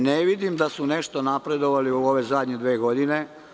Ne vidim da su nešto napredovali u ove zadnje dve godine.